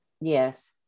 Yes